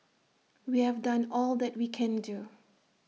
we have done all that we can do